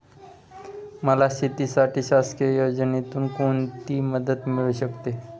मला शेतीसाठी शासकीय योजनेतून कोणतीमदत मिळू शकते?